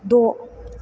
द'